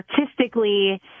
artistically